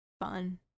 Fun